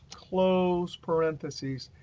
close parentheses.